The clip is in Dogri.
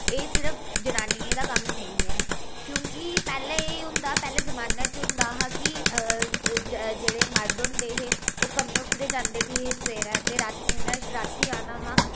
एह् सिर्फ जनानियें दा क'म्म नेईं ऐ क्योंकि पैह्लें एह् होंदा पैह्ले जमान्नै च होंदा हा कि जेह्ड़े मर्द होंदे हे ओह् क'म्में परै जन्दे उड़ी हे सबैह्रे ते उ'नें रातीं आना हा